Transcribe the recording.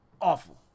awful